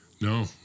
No